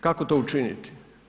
Kako to učiniti?